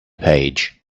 page